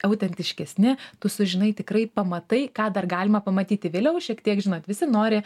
autentiškesni tu sužinai tikrai pamatai ką dar galima pamatyti vėliau šiek tiek žinot visi nori